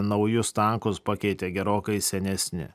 naujus tankus pakeitė gerokai senesni